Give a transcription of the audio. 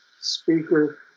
speaker